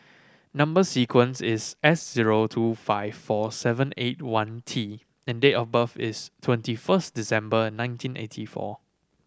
number sequence is S zero two five four seven eight one T and date of birth is twenty first December nineteen eighty four